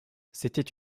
c’était